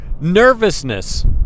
nervousness